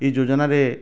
ଏଇ ଯୋଜନାରେ